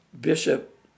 bishop